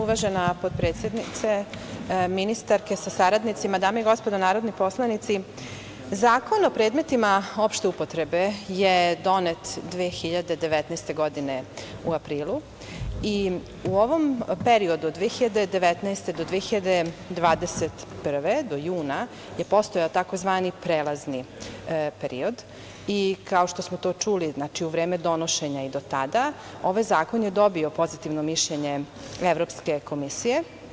Uvažena potpredsednice, ministarke sa saradnicima, dame i gospodo narodni poslanici, Zakon o predmetima opšte upotrebe je donet 2019. godine, u aprilu i u ovom periodu od 2019. do 2021. do juna je postojao tzv. prelazni period i, kao što smo to čuli, vreme donošenja i do tada ovaj zakon je dobio pozitivno mišljenje Evropske komisije.